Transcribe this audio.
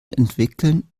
entwickeln